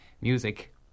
music